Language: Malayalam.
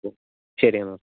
ഓ ശരി എന്നാൽ